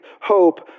hope